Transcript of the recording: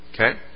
Okay